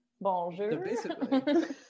Bonjour